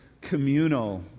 communal